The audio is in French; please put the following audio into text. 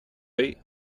huit